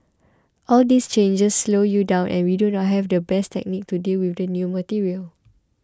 all these changes slow you down and we do not have the best technique to deal with the new material